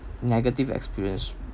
negative experience